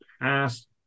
past